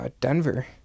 Denver